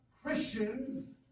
Christians